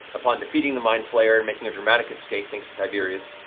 upon defeating the mind flayers and making a dramatic escape, thanks to tiberius,